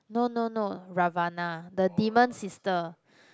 no no no Ravana the demon sister